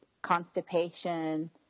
constipation